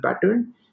pattern